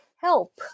Help